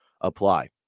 apply